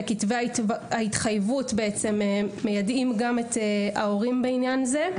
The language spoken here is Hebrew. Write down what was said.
בכתבי ההתחייבות מיידעים גם את ההורים בעניין הזה.